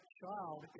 child